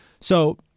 So-